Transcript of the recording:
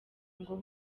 ngo